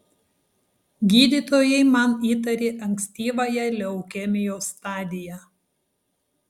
gydytojai man įtarė ankstyvąją leukemijos stadiją